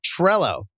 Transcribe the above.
Trello